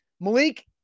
Malik